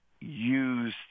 use